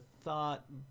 thought